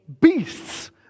beasts